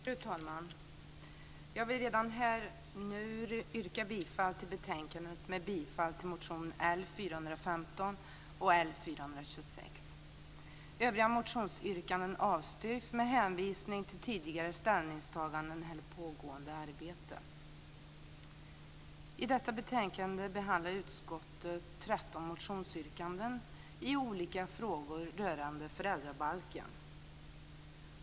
Fru talman! Jag vill redan nu yrka bifall till utskottets hemställan i betänkandet, med bifall till motion L415 och L426. Övriga motionsyrkanden avstyrks med hänvisning till tidigare ställningstaganden eller pågående arbete. I detta betänkande behandlar utskottet 13 motionsyrkanden i olika frågor rörande föräldrabalken.